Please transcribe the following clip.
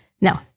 No